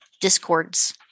discords